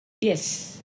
Yes